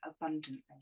abundantly